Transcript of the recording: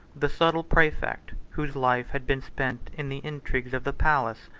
the subtle praefect, whose life had been spent in the intrigues of the palace,